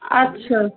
আচ্ছা